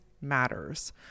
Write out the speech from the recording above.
matters